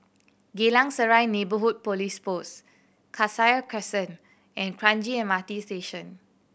Geylang Serai Neighbourhood Police Post Cassia Crescent and Kranji M R T Station